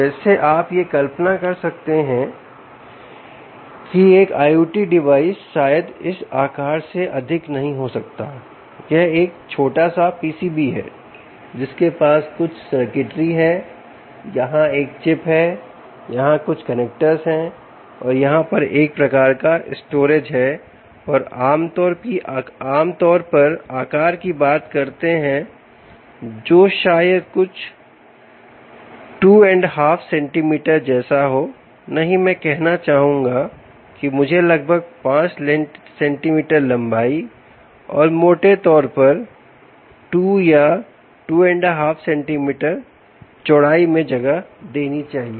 वैसे आप यह कल्पना कर सकते हैं कि एक IoT डिवाइस शायद इस आकार से अधिक नहीं हो सकता है यह एक छोटा सा PCB है जिसके पास कुछ circuitry है यहां एक chip है यहां कुछ connectors है और यहां पर एक प्रकार का स्टोरेज है और आमतौर पर आकार की बात करते हैं जो शायद कुछ 2 एंड half सेंटीमीटर जैसा हो नहीं मैं कहना चाहूंगा कि मुझे लगभग 5 सेंटीमीटर लंबाई और मोटे तौर पर 2 या 2एंड half सेंटीमीटर चौड़ाई मैं जगह देनी चाहिए